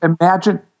imagine